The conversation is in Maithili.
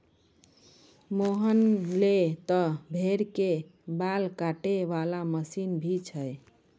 मोहन लॅ त भेड़ के बाल काटै वाला मशीन भी छै